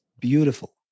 beautiful